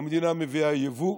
המדינה מביאה יבוא,